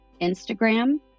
Instagram